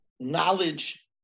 knowledge